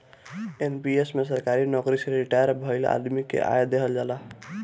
NPS में सरकारी नोकरी से रिटायर भईल आदमी के आय देहल जाला